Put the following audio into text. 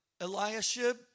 Eliashib